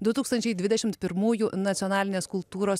du tūkstančiai dvidešimt pirmųjų nacionalinės kultūros